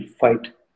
fight